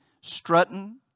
strutting